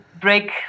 break